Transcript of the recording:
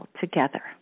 together